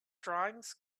drawings